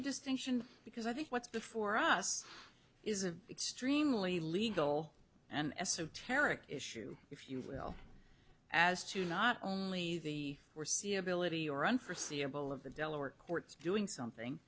a distinction because i think what's before us is an extremely legal and esoteric issue if you will as to not only the foreseeability or unforeseeable of the delaware courts doing something